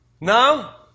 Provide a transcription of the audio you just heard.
Now